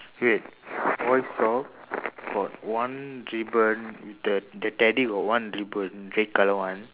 wait toy shop got one ribbon with the the teddy got one ribbon red colour [one]